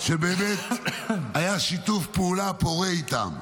שבאמת היה שיתוף פעולה פורה איתם.